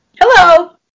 Hello